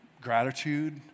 gratitude